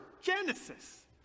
genesis